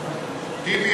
טיבי,